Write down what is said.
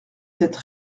cette